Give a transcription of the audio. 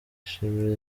ashimira